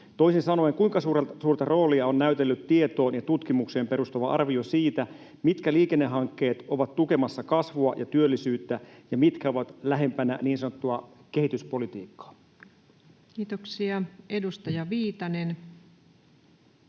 Toisin sanoen, kuinka suurta roolia on näytellyt tietoon ja tutkimukseen perustuva arvio siitä, mitkä liikennehankkeet ovat tukemassa kasvua ja työllisyyttä ja mitkä ovat lähempänä niin sanottua kehityspolitiikkaa? [Speech 581] Speaker: